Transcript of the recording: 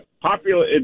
popular